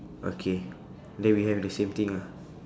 okay then we have the same thing ah